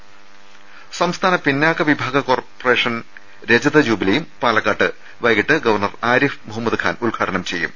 സംസ്ഥാന പിന്നാക്ക വിഭാഗ വികസന കോർപ്പറേഷന്റെ രജത ജൂബിലിയും പാലക്കാട്ട് വൈകീട്ട് ഗവർണർ ആരിഫ് മുഹമ്മദ് ഖാൻ ഉദ്ഘാടനം ചെയ്യും